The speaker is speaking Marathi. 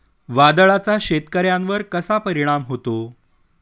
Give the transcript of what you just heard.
वादळाचा शेतकऱ्यांवर कसा परिणाम होतो?